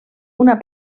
una